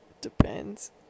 Depends